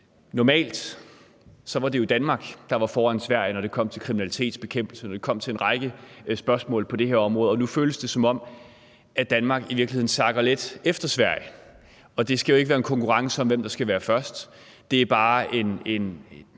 var det jo Danmark, der var foran Sverige, når det kom til kriminalitetsbekæmpelse, og når det kom til en række spørgsmål på det her område, og nu føles det, som om Danmark i virkeligheden sakker lidt bagud i forhold til Sverige. Det skal jo ikke være en konkurrence om, hvem der skal være først; det er bare et